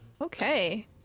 Okay